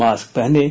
mask पहनें